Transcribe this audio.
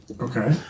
Okay